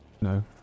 no